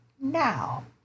Now